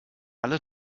alle